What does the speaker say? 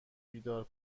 بیدار